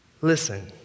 listen